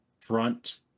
front